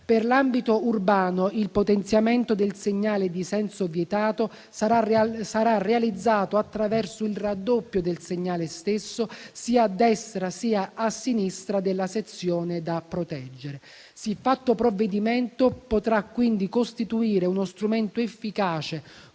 Per l'ambito urbano, il potenziamento del segnale di senso vietato sarà realizzato attraverso un raddoppio del segnale stesso sia a destra sia a sinistra della sezione da proteggere. Siffatto provvedimento potrà quindi costituire uno strumento efficace